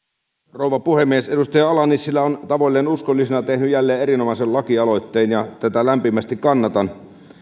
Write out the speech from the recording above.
rouva puhemies edustaja ala nissilä on tavoilleen uskollisena tehnyt jälleen erinomaisen lakialoitteen ja tätä lämpimästi kannatan